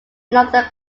another